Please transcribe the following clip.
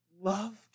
loved